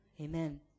Amen